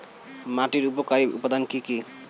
মাটির উপকারী উপাদান কি কি?